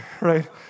right